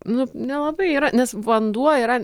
nu nelabai yra nes vanduo yra